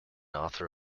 author